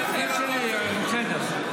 החיים שלי הם בסדר.